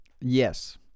Yes